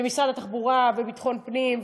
ומשרד התחבורה והמשרד לביטחון פנים,